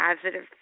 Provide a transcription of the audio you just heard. Positive